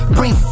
Bring